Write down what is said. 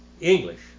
English